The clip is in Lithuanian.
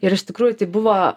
ir iš tikrųjų tai buvo